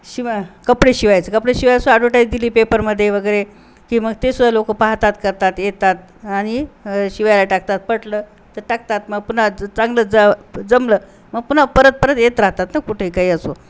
शिवा कपडे शिवायचं कपडे शिवायसुद्धा ॲडवर्टाईज दिली पेपरमध्ये वगरे की मग ते सुद्धा लोक पाहतात करतात येतात आणि शिवायला टाकतात पटलं तर टाकतात मग पुन्हा चांगलं ज जमलं मग पुन्हा परत परत येत राहतात ना कुठे काही असो